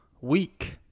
week